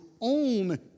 own